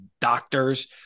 doctors